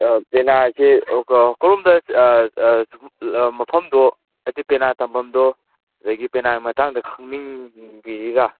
ꯄꯦꯅꯥꯁꯦ ꯀꯔꯣꯝꯗ ꯃꯐꯝꯗꯣ ꯍꯥꯏꯗꯤ ꯄꯦꯅꯥ ꯊꯝꯕꯝꯗꯣ ꯑꯗꯒꯤ ꯄꯦꯅꯥꯒꯤ ꯃꯇꯥꯡ ꯈꯪꯅꯤꯡꯕꯤꯔꯤꯔꯥ